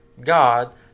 God